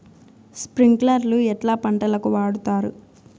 స్ప్రింక్లర్లు ఎట్లా పంటలకు వాడుతారు?